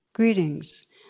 Greetings